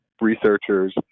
researchers